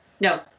No